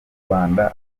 rwanda